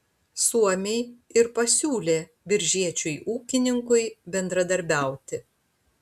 suomiai ir pasiūlė biržiečiui ūkininkui bendradarbiauti